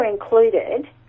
included